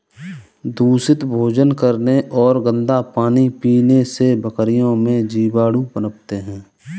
दूषित भोजन करने और गंदा पानी पीने से बकरियों में जीवाणु पनपते हैं